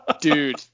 Dude